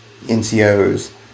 NCOs